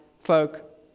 folk